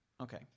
Okay